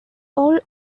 all